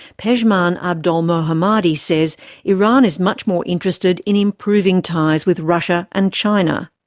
pejman abdolmohammadi says iran is much more interested in improving ties with russia and china.